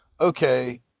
okay